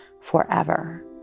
forever